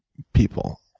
people.